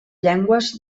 llengües